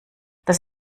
das